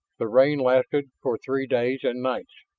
the rain lasted for three days and nights,